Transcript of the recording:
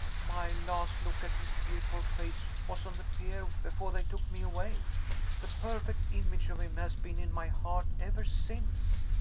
my last look at his beautiful face was on the pier, before they took me away. the perfect image of him has been in my heart ever since.